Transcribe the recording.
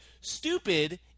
Stupid